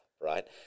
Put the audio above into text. right